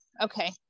okay